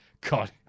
God